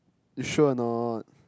you sure or not